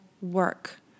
work